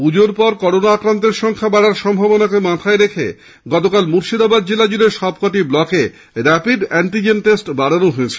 পুজোর পর করোনা আক্রান্তের সংখ্যা বাড়ার সম্ভাবনাকে মাথায় রেখেই গতকাল মুর্শিদাবাদ জেলা জুড়ে সব কটি ব্লকে র্যাপিড আ্যন্টিজেন টেস্ট বাড়ানো হয়েছে